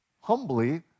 humbly